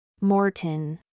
Morton